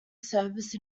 service